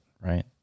right